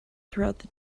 throughout